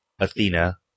Athena